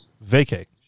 vacate